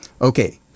Okay